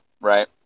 right